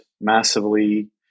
massively